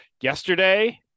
yesterday